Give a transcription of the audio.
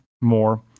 more